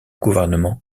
gouvernement